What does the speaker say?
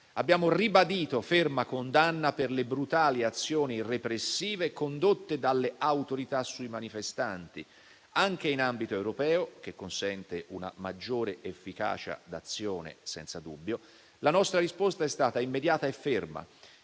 Abbiamo ribadito la ferma condanna per le brutali azioni repressive condotte dalle autorità sui manifestanti, anche in ambito europeo, cosa che consente senza dubbio una maggiore efficacia d'azione. La nostra risposta è stata immediata e ferma.